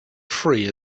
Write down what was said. free